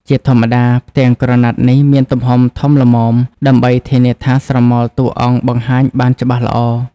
ជាធម្មតា ផ្ទាំងក្រណាត់នេះមានទំហំធំល្មមដើម្បីធានាថាស្រមោលតួអង្គបង្ហាញបានច្បាស់ល្អ។